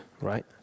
right